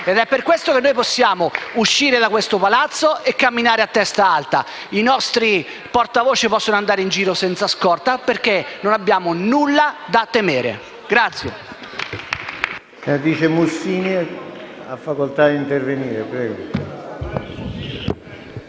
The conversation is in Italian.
Ed è per questo che noi possiamo uscire da questo Palazzo e camminare a testa alta. I nostri portavoce possono andare in giro senza scorta perché non abbiamo nulla da temere.